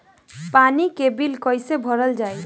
पानी के बिल कैसे भरल जाइ?